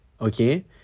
okay